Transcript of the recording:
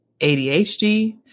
ADHD